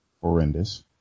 horrendous